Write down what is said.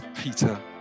Peter